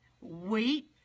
wait